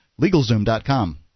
LegalZoom.com